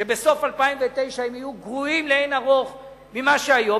שבסוף 2009 יהיו גרועים לאין ערוך ממה שהיום,